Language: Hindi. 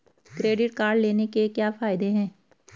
क्रेडिट कार्ड लेने के क्या फायदे हैं?